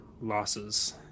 losses